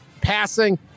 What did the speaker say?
passing